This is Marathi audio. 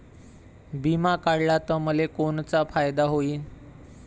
बिमा काढला त मले कोनचा फायदा होईन?